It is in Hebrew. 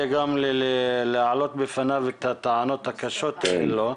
גם להעלות בפניו את הטענות הקשות האלו.